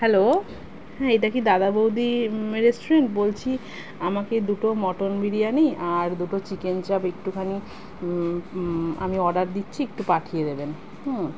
hello হ্যাঁ এটা কি দাদাবৌদি রেস্টুরেন্ট বলছি আমাকে দুটো মটন বিরিয়ানি আর দুটো চিকেন চাপ একটুখানি আমি অর্ডার দিচ্ছি একটু পাঠিয়ে দেবেন হুম